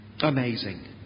amazing